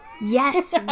Yes